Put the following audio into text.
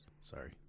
Sorry